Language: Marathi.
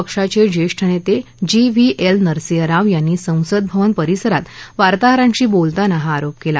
पक्षाचे ज्येष्ठ नेते G V L Narasimha Rao यांनी संसदभवन परिसरात वार्ताहरांशी बोलताना हा आरोप केला